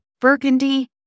Burgundy